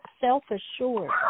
self-assured